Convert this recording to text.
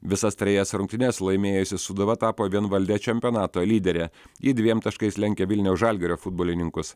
visas trejas rungtynes laimėjusi sūduva tapo vienvalde čempionato lydere ji dviem taškais lenkia vilniaus žalgirio futbolininkus